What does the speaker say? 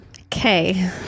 Okay